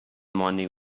morning